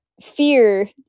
fear